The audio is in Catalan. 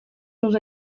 dels